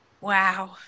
Wow